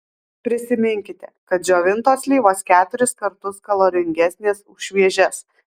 prisiminkite kad džiovintos slyvos keturis kartus kaloringesnės už šviežias